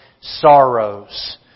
sorrows